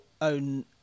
own